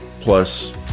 plus